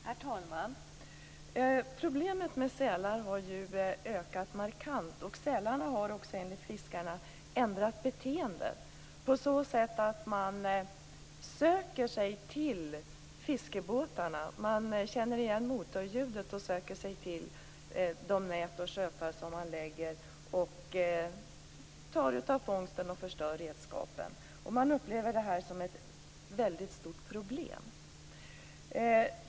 Herr talman! Problemet med sälar har ju ökat markant. Enligt fiskarna har sälarna också ändrat beteende. De söker sig till fiskebåtarna. De känner igen motorljudet och söker sig till de nät och skötar som läggs ut och tar av fångsten och förstör redskapen. Fiskarna upplever detta som ett mycket stort problem.